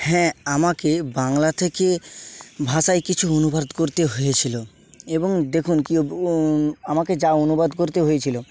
হ্যাঁ আমাকে বাংলা থেকে ভাষায় কিছু অনুবাদ করতে হয়েছিল এবং দেখুন কী ও আমাকে যা অনুবাদ করতে হয়েছিল